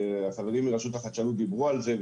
והחברים מרשות החדשנות דיברו על זה,